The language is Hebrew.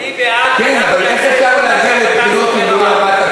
אני בעד, חבר הכנסת, מה שהחת"ם סופר אמר.